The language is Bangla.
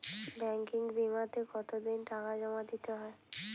ব্যাঙ্কিং বিমাতে কত দিন টাকা জমা দিতে হয়?